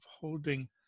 holding